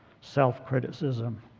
self-criticism